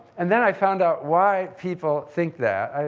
and then i found out why people think that.